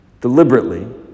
deliberately